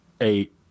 eight